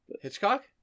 Hitchcock